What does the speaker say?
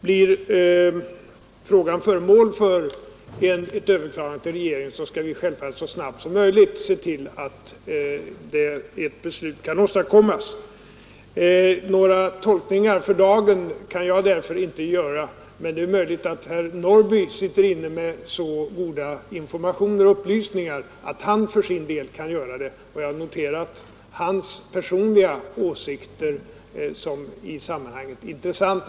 Blir frågan föremål för ett överklagande till regeringen skall vi självfallet så snabbt som möjligt se till att ett beslut kan åstadkommas. För dagen kan jag alltså inte gör några tolkningar. Men det är möjligt att herr Norrby sitter inne med så goda informationer och upplysningar att han för sin del kan göra det, och jag noterar hans personliga åsikter i sammanhanget som intressanta.